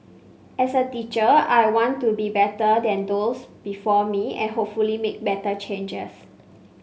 as a teacher I want to be better than those before me and hopefully make better changes